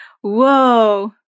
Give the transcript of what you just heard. Whoa